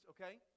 okay